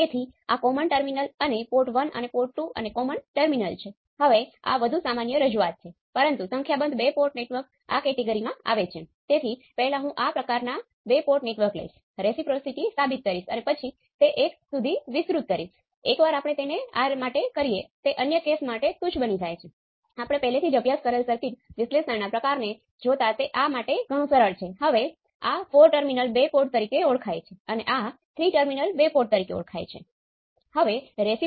તેથી હવે એવું બહાર આવ્યું છે કે ત્યાં એક ખૂબ જ સરળ અલ્ગોરિધમ માટેના ઋણાત્મક ફીડબેકમાં હોવા જોઈએ